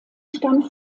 stammt